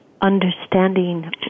understanding